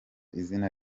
izina